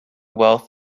wealth